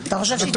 אז אתה מודה?